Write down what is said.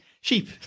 sheep